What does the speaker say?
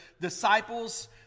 disciples